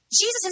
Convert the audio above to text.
Jesus